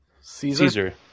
Caesar